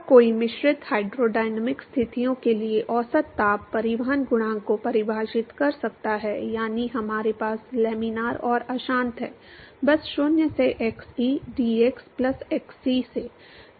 तब कोई मिश्रित हाइड्रोडायनामिक स्थितियों के लिए औसत ताप परिवहन गुणांक को परिभाषित कर सकता है यानी हमारे पास लैमिनार और अशांत है बस 0 से xe dx प्लस xc से l